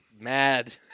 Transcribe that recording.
mad